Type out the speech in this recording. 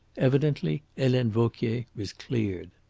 evidently helene vauquier was cleared.